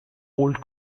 old